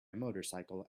motorcycle